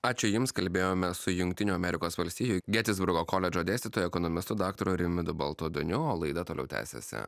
ačiū jums kalbėjome su jungtinių amerikos valstijų getisburgo koledžo dėstytoju ekonomistu daktaru rimvydu baltaduoniu o laida toliau tęsiasi